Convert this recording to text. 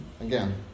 Again